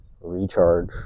recharge